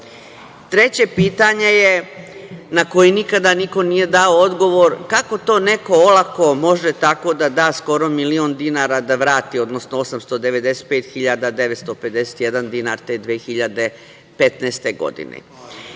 otet? Treće pitanje na koje nikada niko nije dao odgovor je – kako to neko olako može tako da skoro milion dinara da vrati, odnosno 895.951 dinara te 2015. godine?